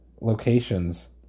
locations